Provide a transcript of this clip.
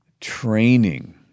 training